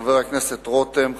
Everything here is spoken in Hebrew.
חבר הכנסת רותם,